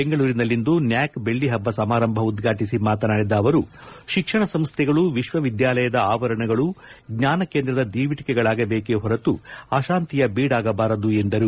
ಬೆಂಗಳೂರಿನಲ್ಲಿಂದು ನ್ಯಾಕ್ ಬೆಳ್ಳಪಬ್ದ ಸಮಾರಂಭ ಉದ್ಘಾಟಿಸಿ ಮಾತನಾಡಿದ ಅವರು ಶಿಕ್ಷಣ ಸಂಸ್ಥೆಗಳು ವಿಶ್ವವಿದ್ಯಾಲಯದ ಆವರಣಗಳು ಜ್ವಾನಕೇಂದ್ರದ ದೀವಟಿಕೆಗಳಾಗಬೇಕೆ ಹೊರತು ಆಶಾಂತಿಯ ಬೀಡಾಗಬಾರದು ಎಂದರು